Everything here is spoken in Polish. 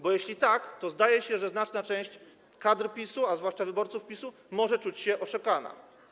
Bo jeśli tak, to zdaje się, że znaczna część kadr PiS-u, a zwłaszcza wyborców PiS-u, może czuć się oszukana.